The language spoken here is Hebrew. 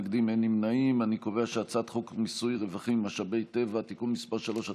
ההצעה להעביר את הצעת חוק מיסוי רווחים ממשאבי טבע (תיקון מס' 3),